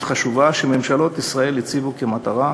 חשובה שממשלות ישראל הציבו כמטרה.